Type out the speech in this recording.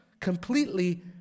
completely